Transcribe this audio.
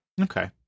Okay